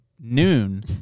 noon